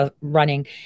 running